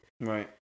Right